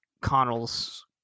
Connell's